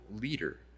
leader